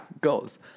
Goals